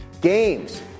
games